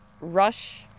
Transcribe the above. rush